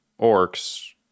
orcs